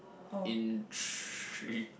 in three